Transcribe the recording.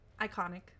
Iconic